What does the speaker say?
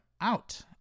out